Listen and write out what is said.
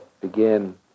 begin